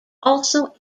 also